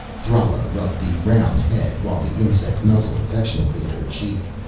thrala rubbed the round head while the insect nuzzled affectionately at her cheek.